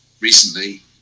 recently